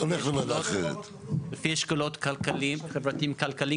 לפי אשכולות חברתיים-כלכליים,